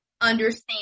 understand